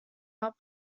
out